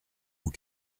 fait